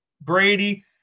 Brady